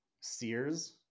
Sears